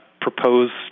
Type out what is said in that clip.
proposed